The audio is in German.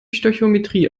stöchiometrie